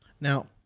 Now